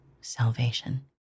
salvation